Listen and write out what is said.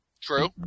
True